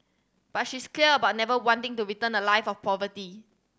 but she's clear about never wanting to return to a life of poverty